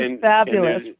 fabulous